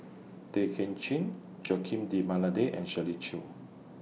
Tay Kim Chin Joaquim D'almeida and Shirley Chew